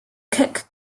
cook